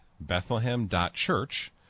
bethlehem.church